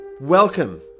Welcome